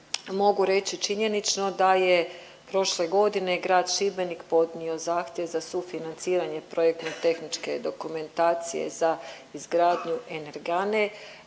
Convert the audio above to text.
mogu reći činjenično da je prošle godine grad Šibenik podnio zahtjev za sufinanciranje projektno-tehničke dokumentacije za izgradnju energane